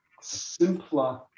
simpler